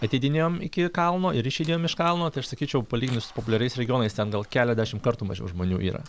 ateidinėjom iki kalno ir išeidėjom iš kalno tai aš sakyčiau palyginus su populiariais regionais ten gal keliadešim kartų mažiau žmonių yra